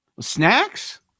snacks